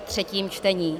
třetí čtení